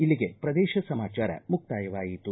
ಇಲ್ಲಿಗೆ ಪ್ರದೇಶ ಸಮಾಚಾರ ಮುಕ್ತಾಯವಾಯಿತು